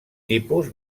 tipus